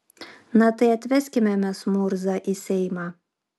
na tai atveskime mes murzą į seimą